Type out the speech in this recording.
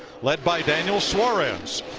led by daniel suarez.